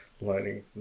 learning